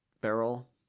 barrel